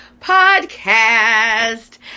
podcast